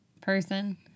person